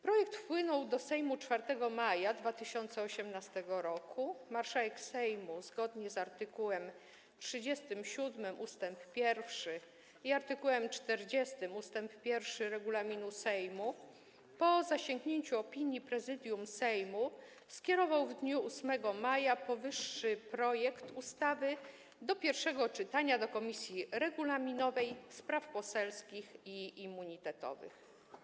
Projekt wpłynął do Sejmu 4 maja 2018 r. Marszałek Sejmu, zgodnie z art. 37 ust. 1 i art. 40 ust. 1 regulaminu Sejmu, po zasięgnięciu opinii Prezydium Sejmu, skierował w dniu 8 maja powyższy projekt ustawy do pierwszego czytania do Komisji Regulaminowej, Spraw Poselskich i Immunitetowych.